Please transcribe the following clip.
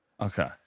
okay